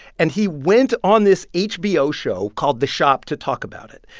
and he went on this hbo show called the shop to talk about it.